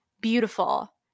beautiful